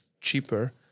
cheaper